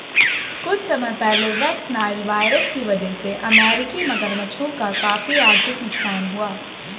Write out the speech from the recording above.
कुछ समय पहले वेस्ट नाइल वायरस की वजह से अमेरिकी मगरमच्छों का काफी आर्थिक नुकसान हुआ